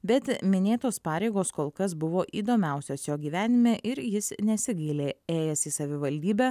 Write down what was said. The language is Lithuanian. bet minėtos pareigos kol kas buvo įdomiausios jo gyvenime ir jis nesigaili ėjęs į savivaldybę